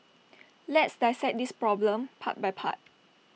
let's dissect this problem part by part